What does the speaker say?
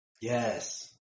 Yes